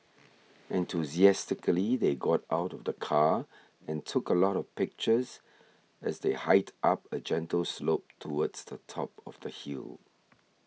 enthusiastically they got out of the car and took a lot of pictures as they hiked up a gentle slope towards the top of the hill